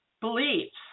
beliefs